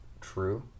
true